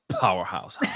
powerhouse